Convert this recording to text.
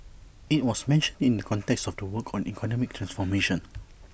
IT was mentioned in the context of the work on economic transformation